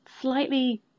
slightly